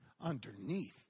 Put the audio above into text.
underneath